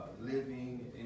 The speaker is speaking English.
living